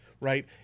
right